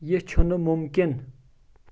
یِہ چھُنہٕ ممکِن